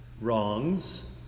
wrongs